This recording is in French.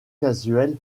casuel